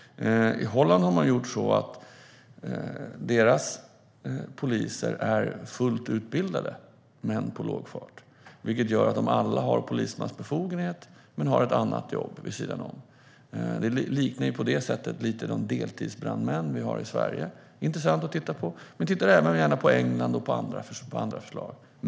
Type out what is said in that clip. I Holland har man gjort så att poliserna är fullt utbildade men på låg fart, vilket gör att de alla har polismans befogenhet men har ett annat jobb vid sidan om. Det liknar på det sättet lite de deltidsbrandmän vi har i Sverige. Det är intressant att titta på, men vi tittar även gärna på England och på andra förslag.